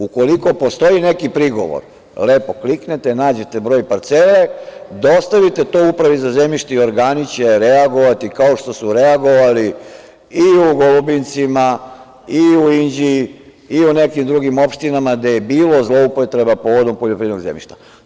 Ukoliko postoji neki prigovor, lepo kliknete, nađete broj parcele, dostavite to Upravi za zemljište i organi će reagovati kao što su reagovali i u Golubincima, i u Inđiji i u nekim drugim opštinama, gde je bilo zloupotreba povodom poljoprivrednog zemljišta.